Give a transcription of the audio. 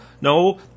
no